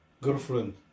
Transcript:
girlfriend